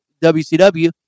WCW